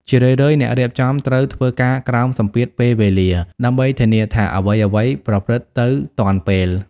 ជារឿយៗអ្នករៀបចំត្រូវ ធ្វើការក្រោមសម្ពាធពេលវេលា ដើម្បីធានាថាអ្វីៗប្រព្រឹត្តទៅទាន់ពេល។